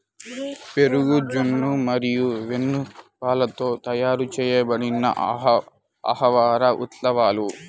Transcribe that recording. పెరుగు, జున్ను మరియు వెన్నపాలతో తయారు చేయబడిన ఆహార ఉత్పత్తులు